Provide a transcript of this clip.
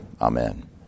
Amen